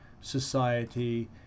Society